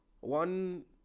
One